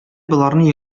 боларны